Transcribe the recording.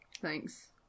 Thanks